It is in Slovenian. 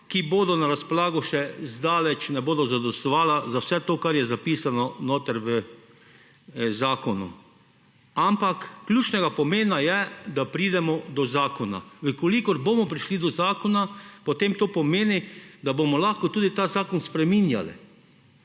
ki bodo na razpolago, še zdaleč ne bodo zadostovala za vse to, kar je zapisano noter v zakonu, ampak, ključnega pomena je, da pridemo do zakona, v kolikor bomo prišli do zakona, potem to pomeni, da bomo lahko tudi ta zakon spreminjali